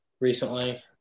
recently